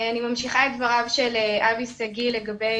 אני ממשיכה את דבריו של אבי שגיא לגבי